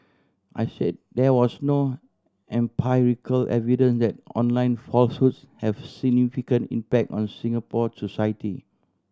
I said there was no empirical evidence that online falsehoods have significant impact on Singapore society